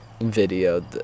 video